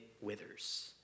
withers